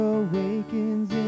awakens